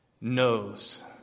knows